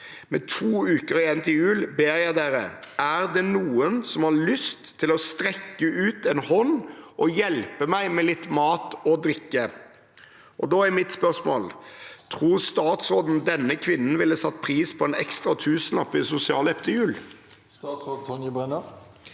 Med 2 uker igjen til jul ber jeg dere, er det noen som har lyst til å strekke ut en hånd å hjelpe meg med litt mat og drikke?» Tror statsråden denne kvinnen ville satt pris på en ekstra tusenlapp i sosialhjelp til jul?» Statsråd Tonje Brenna